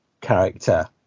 character